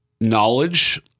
knowledge